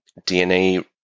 DNA